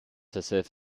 herself